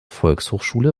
volkshochschule